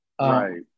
Right